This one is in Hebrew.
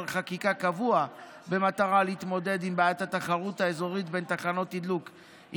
חקיקה קבוע במטרה להתמודד עם בעיית התחרות האזורית בין תחנות תדלוק.